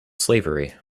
slavery